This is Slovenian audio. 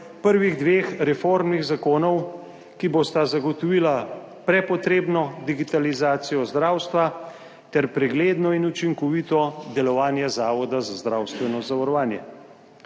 prvih dveh reformnih zakonov, ki bosta zagotovila prepotrebno digitalizacijo zdravstva ter pregledno in učinkovito delovanje Zavoda za zdravstveno zavarovanje.